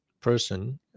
person